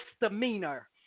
misdemeanor